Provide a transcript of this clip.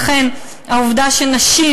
לכן, העובדה שנשים,